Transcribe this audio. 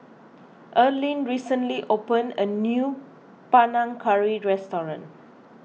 Earlene recently opened a new Panang Curry restaurant